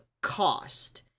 cost